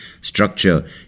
structure